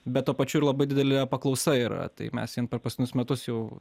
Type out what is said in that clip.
bet tuo pačiu ir labai didelė paklausa yra tai mes vien per pastunius metus jau